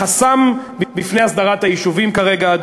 החסם בפני הסדרת היישובים כרגע,